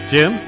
Jim